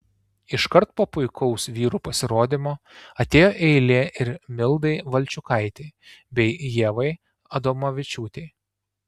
iškart po puikaus vyrų pasirodymo atėjo eilė ir mildai valčiukaitei bei ievai adomavičiūtei